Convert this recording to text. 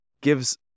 gives